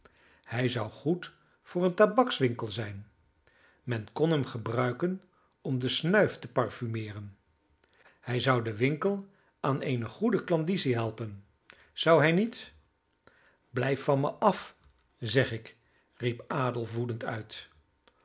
hij zou goed voor een tabakswinkel zijn men kon hem gebruiken om de snuif te parfumeeren hij zou den winkel aan eene goede klandizie helpen zou hij niet blijf van mij af zeg ik riep adolf woedend uit